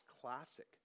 classic